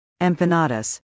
Empanadas